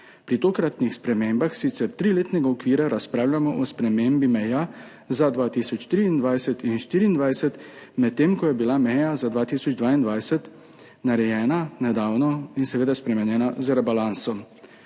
»Pri tokratnih spremembah sicer triletnega okvira razpravljamo o spremembi meja za 2023 in 2024, medtem ko je bila meja za 2022 nedavno spremenjena z rebalansom.